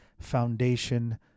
Foundation